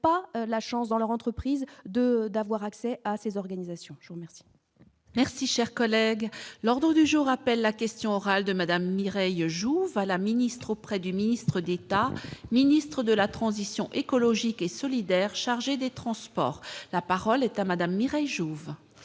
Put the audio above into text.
pas la chance dans leur entreprise de d'avoir accès à ces organisations merci. Merci, cher collègue, l'ordre du jour appelle la question orale de Madame Mireille Jouve la ministre auprès du ministre d'État, ministre de la transition écologique et solidaire, chargé des Transports, la parole est à madame Mireille Jouve.